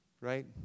right